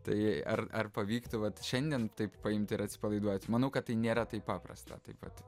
tai ar ar pavyktų vat šiandien taip paimti ir atsipalaiduoti manau kad tai nėra taip paprasta taip pat